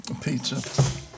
pizza